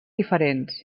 diferents